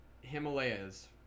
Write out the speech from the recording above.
Himalayas